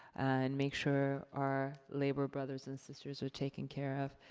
and make sure our labor brothers and sisters are taken care of.